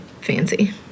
fancy